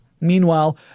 Meanwhile